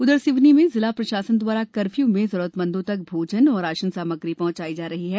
उधर सिवनी में जिला प्रशासन द्वारा कर्फ्यू में जरूरतमंदों तक भोजन और राशन सामग्री पहंचाई जा रही है